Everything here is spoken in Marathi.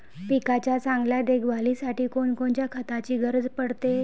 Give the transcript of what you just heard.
पिकाच्या चांगल्या देखभालीसाठी कोनकोनच्या खताची गरज पडते?